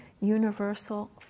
universal